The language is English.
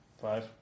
Five